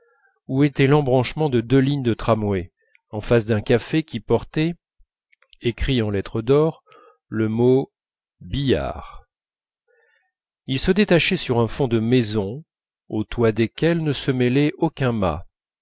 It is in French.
où était l'embranchement de deux lignes de tramways en face d'un café qui portait écrit en lettres d'or le mot billard il se détachait sur un fond de maisons aux toits desquelles ne se mêlait aucun mât